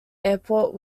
airport